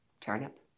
turnip